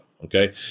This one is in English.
Okay